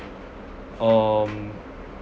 um